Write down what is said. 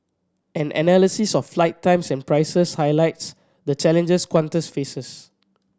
an analysis of flight times and prices highlights the challenges Qantas faces